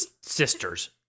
sisters